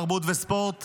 התרבות והספורט